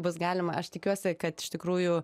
bus galima aš tikiuosi kad iš tikrųjų